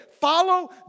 follow